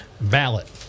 ballot